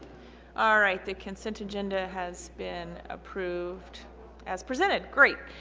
alright the consent agenda has been approved as presented great.